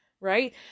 right